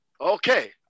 Okay